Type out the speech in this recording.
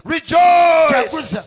Rejoice